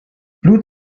blut